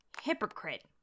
Hypocrite